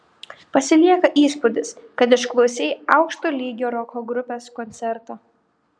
pasilieka įspūdis kad išklausei aukšto lygio roko grupės koncertą